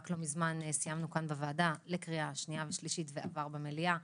רק לא ממזמן סיימנו כאן בוועדה לקריאה שנייה ושלישית ועבר במליאה,